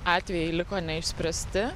atvejai liko neišspręsti